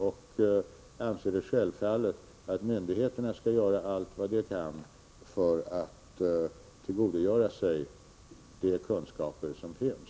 Jag anser självfallet att myndigheterna skall göra allt vad de kan för "att tillgodogöra sig de kunskaper som finns.